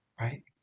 right